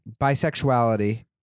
bisexuality